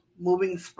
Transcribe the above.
moving